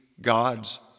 God's